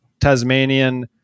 Tasmanian